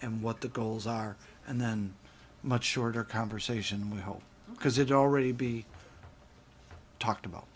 and what the goals are and then much shorter conversation will help because it already be talked about